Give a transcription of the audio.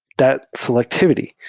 that selectivity.